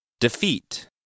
Defeat